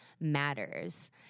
matters